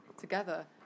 together